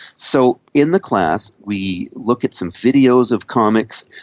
so in the class we look at some videos of comics,